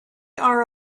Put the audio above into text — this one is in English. are